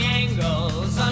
angles